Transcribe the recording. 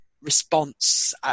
response